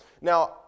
Now